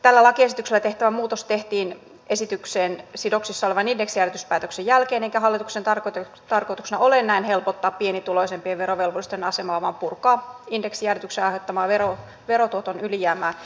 tällä lakiesityksellä tehtävä muutos tehtiin esitykseen sidoksissa olevan indeksijäädytyspäätöksen jälkeen eikä hallituksen tarkoituksena ole näin helpottaa pienituloisempien verovelvollisten asemaa vaan purkaa indeksijäädytyksen aiheuttamaa verotuoton ylijäämää